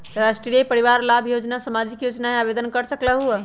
राष्ट्रीय परिवार लाभ योजना सामाजिक योजना है आवेदन कर सकलहु?